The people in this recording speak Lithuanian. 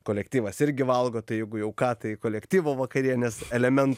kolektyvas irgi valgo tai jeigu jau ką tai kolektyvo vakarienės elementų